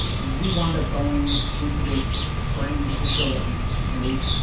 we wound up going into this strange facility, right?